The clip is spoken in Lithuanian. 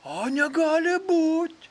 a negali būt